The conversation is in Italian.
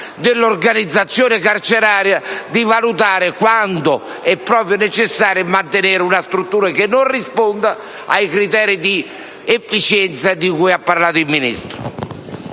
dell'organizzazione carceraria la valutazione in ordine a quando è proprio necessario mantenere una struttura che non risponda ai criteri di efficienza di cui ha parlato il Ministro.